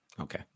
Okay